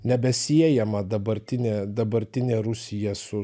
nebesiejama dabartinė dabartinė rusija su